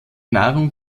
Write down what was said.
nahrung